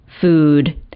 food